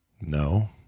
No